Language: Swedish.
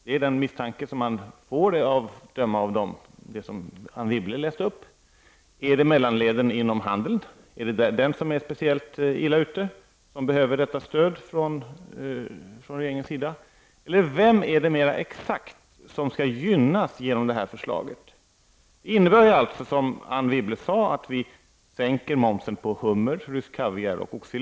Det är den misstanke som man får av det som Anne Wibble läste upp. Är det mellanleden inom handeln? Är det de som är speciellt illa ute och som behöver detta stöd från regeringens sida? Vem, mer exakt, är det som skall hjälpas genom det här förslaget? Det innebär, som Anne Wibble sade, att vi sänker momsen på hummer, rysk kaviar och oxfilé.